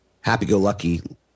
happy-go-lucky